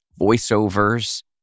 voiceovers